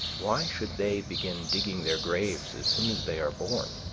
why should they begin digging their graves as soon as they are born?